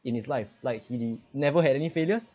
in his life like he never had any failures